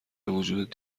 وجود